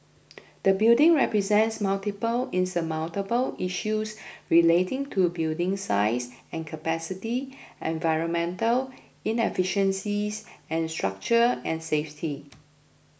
the building presents multiple insurmountable issues relating to building size and capacity environmental inefficiencies and structure and safety